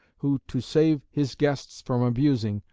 who to save his guests from abusing,